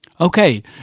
Okay